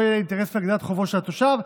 יהיה להן אינטרס בהגדלת חובו של התושב,